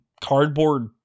cardboard